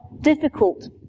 difficult